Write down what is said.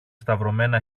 σταυρωμένα